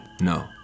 No